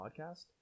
podcast